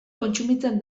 kontsumitzen